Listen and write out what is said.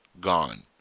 gone